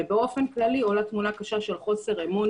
ובאופן כללי עולה תמונה קשה של חוסר אמון